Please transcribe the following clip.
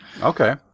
Okay